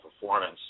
performance